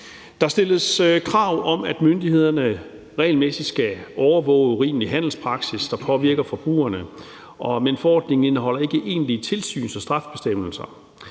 Der stilles krav om, at myndighederne regelmæssigt skal overvåge urimelig handelspraksis, der påvirker forbrugerne, men forordningen indeholder ikke egentlige tilsyns- og straffebestemmelser.